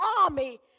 army